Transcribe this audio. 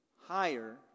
higher